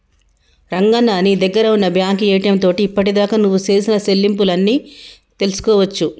రంగన్న నీ దగ్గర ఉన్న బ్యాంకు ఏటీఎం తోటి ఇప్పటిదాకా నువ్వు సేసిన సెల్లింపులు అన్ని తెలుసుకోవచ్చు